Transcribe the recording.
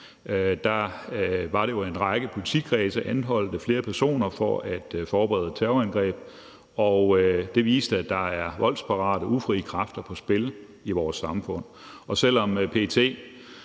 Der var det jo sådan, at en række politikredse anholdt flere personer for at forberede terrorangreb, og det viste, at der er voldsparate kræfter på spil i vores samfund. Og selv om PET